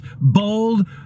bold